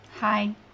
Hi